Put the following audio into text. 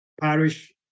parish